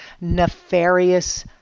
nefarious